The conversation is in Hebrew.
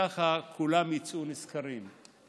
ככה כולם יצאו נשכרים,